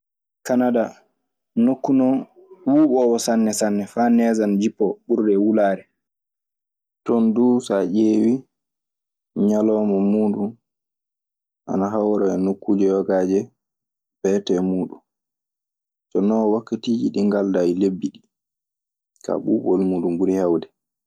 Kanada noku non buɓo sanne sanne fa nge ana jipoo ɓurde wulare. Toon duu, so a ƴeewii ñalawma muuɗun ana hawra e nokkuuje yogaaje beetee muuɗun. Jooni noon wakkatiiji ɗii ngaldaa, e lebbi ɗii. Kaa ɓuuɓol muuɗun ɓuri heewde.